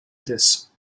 this